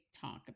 talk